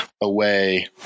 away